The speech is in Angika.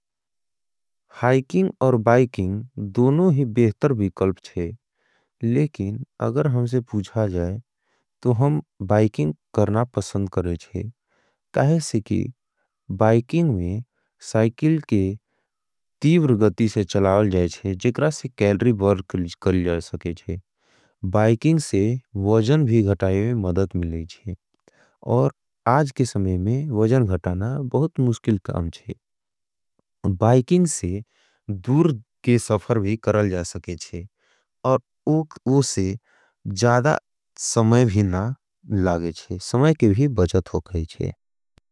हाइकिंग और बाइकिंग दोनों ही बेहतर भी कल्प छे लेकिन अगर हमसे पूछा जाएं तो हम बाइकिंग करना पसंद करें छे क्या है से कि बाइकिंग में साइकिल के तीवर गती से चलावल जाएँ छे जिक्रा से कैलरी बर कर जाए सके छे बाइकिंग से वजन भी घटाये में मदद मिले छे और आज के समय में वजन घटाना बहुत मुश्किल काम छे बाइकिंग से दूर के सफर भी करल जा सके छे और वो से जादा समय भी ना लागे छे समय के भी बचत हो गई छे।